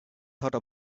thought